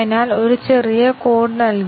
അതുപോലെ C 1 ആണ്